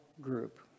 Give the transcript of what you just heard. group